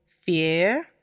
fear